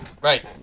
Right